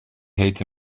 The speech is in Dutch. heet